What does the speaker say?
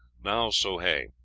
now, soh hay,